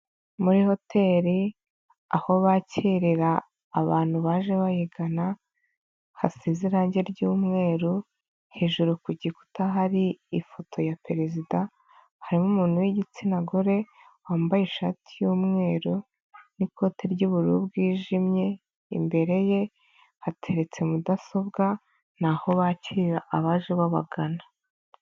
Muri hoteli aho bakirira abantu baje bayigana, hasize irange ry'umweru, hejuru ku gikuta hari ifoto ya Perezida, harimo umuntu w'igitsina gore wambaye ishati y'umweru n'ikote ry'ubururu bwijimye, imbere ye hateretse mudasobwa ni aho bakirira abaje babagana.